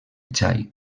xai